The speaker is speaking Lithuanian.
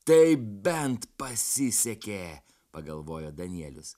tai bent pasisekė pagalvojo danielius